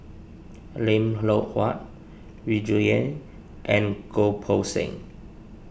Lim Loh Huat Yu Zhuye and Goh Poh Seng